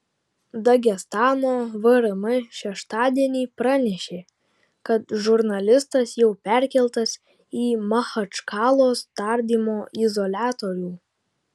dagestano vrm šeštadienį pranešė kad žurnalistas jau perkeltas į machačkalos tardymo izoliatorių